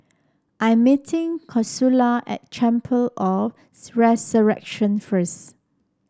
I am meeting Consuela at Chapel of The Resurrection first